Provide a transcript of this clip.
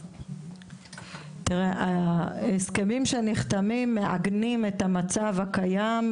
תראה, ההסכמים שנחתמים מעגנים את המצב הקיים,